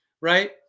right